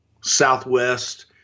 Southwest